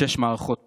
שש מערכות בחירות,